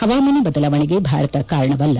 ಪವಾಮಾನ ಬದಲಾವಣೆಗೆ ಭಾರತ ಕಾರಣವಲ್ಲ